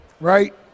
right